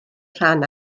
rhan